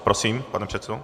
Prosím, pane předsedo.